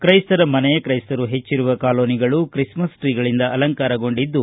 ತ್ರೈಸ್ತರ ಮನೆ ತ್ರೈಸ್ತರು ಹೆಚ್ಚರುವ ಕಾಲೋನಿಗಳು ಕ್ರಿಸ್ಮಸ್ ಟ್ರೀಗಳಿಂದ ಅಲಂಕಾರಗೊಂಡಿವೆ